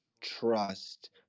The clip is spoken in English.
trust